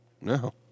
No